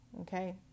Okay